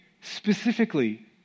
specifically